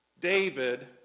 David